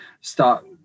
start